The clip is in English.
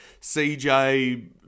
CJ